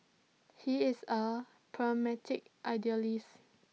he is A pragmatic idealist